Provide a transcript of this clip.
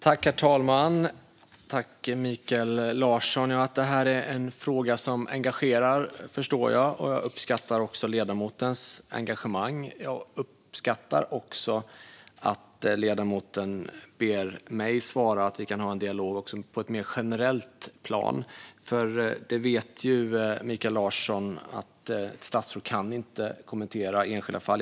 Herr talman! Tack, Mikael Larsson! Jag förstår att det är en fråga som engagerar. Jag uppskattar ledamotens engagemang. Jag uppskattar också att ledamoten ber mig svara så att vi kan ha en dialog på ett mer generellt plan. Mikael Larsson vet att ett statsråd inte kan kommentera enskilda fall.